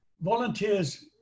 Volunteers